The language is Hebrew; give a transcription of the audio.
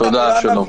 תודה ושלום.